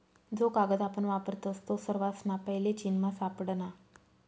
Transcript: जो कागद आपण वापरतस तो सर्वासना पैले चीनमा सापडना